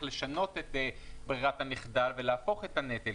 לשנות את ברירת המחדל ולהפוך את הנטל,